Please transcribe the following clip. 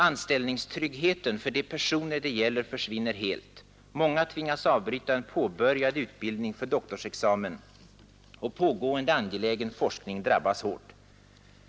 Anställningstryggheten för de personer det gäller försvinner helt, många tvingas avbryta en påbörjad utbildning för doktorsexamen och pågående angelägen forskning drabbas hårt.